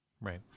Right